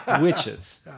Witches